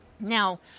Now